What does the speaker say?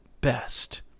best